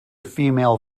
female